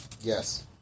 Yes